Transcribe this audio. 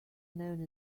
known